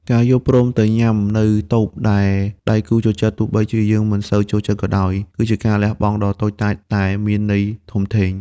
ការយល់ព្រមទៅញ៉ាំនៅតូបដែលដៃគូចូលចិត្ត ទោះបីជាយើងមិនសូវចូលចិត្តក៏ដោយ គឺជាការលះបង់ដ៏តូចតាចតែមានន័យធំធេង។